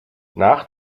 nach